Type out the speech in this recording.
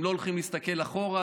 הם לא הולכים להסתכל אחורה,